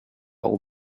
all